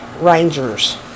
rangers